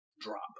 drop